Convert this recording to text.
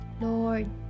lord